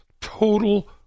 total